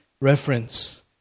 reference